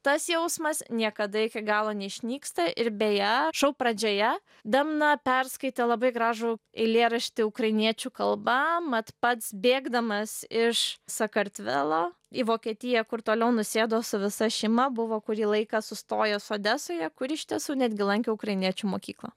tas jausmas niekada iki galo neišnyksta ir beje šou pradžioje demna perskaitė labai gražų eilėraštį ukrainiečių kalba mat pats bėgdamas iš sakartvelo į vokietiją kur toliau nusėdo su visa šeima buvo kurį laiką sustojęs odesoje kur iš tiesų netgi lankė ukrainiečių mokyklą